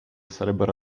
sarebbero